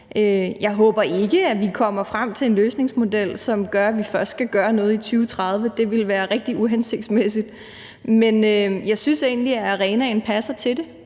Jeg håber ikke, at vi kommer frem til en løsningsmodel, som gør, at vi først skal gøre noget i 2030 – det ville være rigtig uhensigtsmæssigt. Men jeg synes egentlig, at arenaen passer til det,